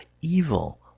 evil